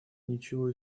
ничего